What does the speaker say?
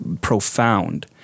profound